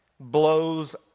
blows